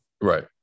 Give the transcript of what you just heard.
right